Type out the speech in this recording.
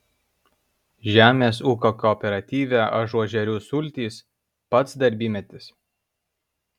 žemės ūkio kooperatyve ažuožerių sultys pats darbymetis